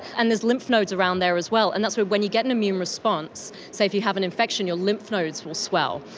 and there's lymph nodes around there as well and that's where when you get an immune response, say if you have an infection your lymph nodes will swell,